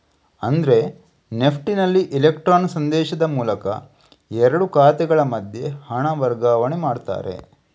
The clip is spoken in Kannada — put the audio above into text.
ಅಂದ್ರೆ ನೆಫ್ಟಿನಲ್ಲಿ ಇಲೆಕ್ಟ್ರಾನ್ ಸಂದೇಶದ ಮೂಲಕ ಎರಡು ಖಾತೆಗಳ ಮಧ್ಯೆ ಹಣ ವರ್ಗಾವಣೆ ಮಾಡ್ತಾರೆ